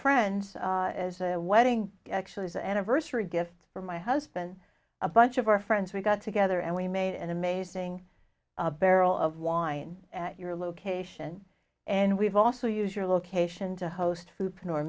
friends as a wedding actually is anniversary gift for my husband a bunch of our friends we got together and we made an amazing barrel of wine at your location and we've also use your location to host who can or